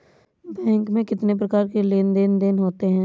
Bank में कितनी प्रकार के लेन देन देन होते हैं?